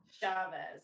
Chavez